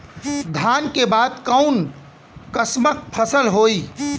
धान के बाद कऊन कसमक फसल होई?